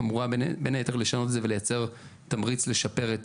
אמורה בין היתר לשנות את זה וליצר תמריץ לשפר את